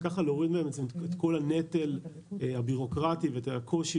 וכך להוריד מהם את כל הנטל הבירוקרטי ואת הקושי